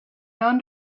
known